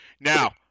Now